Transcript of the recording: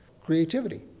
creativity